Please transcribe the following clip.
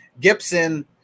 Gibson